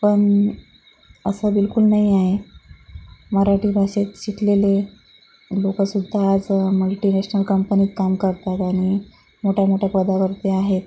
पण असं बिलकुल नाही आहे मराठी भाषेत शिकलेले लोकंसुद्धा आज मल्टिनॅशनल कंपनीत काम करतात आणि मोठ्या मोठ्या पदावर ते आहेत